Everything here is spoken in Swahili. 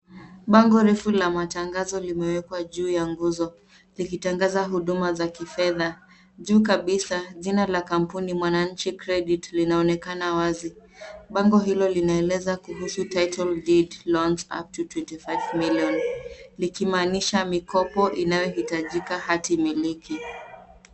Bango refu la matangazo limewekwa juu ya nguzo likitangaza huduma za kifedha. Juu kabisa jina la kampuni, Mwananchi Credit, linaonekana wazi. Bango hilo linaeleza kuhusu title deed loans upto 25 million likimaanisha mikopo inayohitajika hatimiliki.